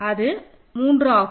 அது 3 ஆகும்